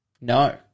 No